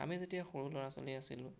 আমি যেতিয়া সৰু ল'ৰা ছোৱালী আছিলোঁ